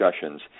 discussions